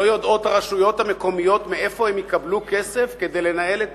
לא יודעות הרשויות המקומיות מאיפה הן יקבלו כסף כדי לנהל את